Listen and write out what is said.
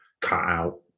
cut-out